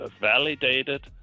validated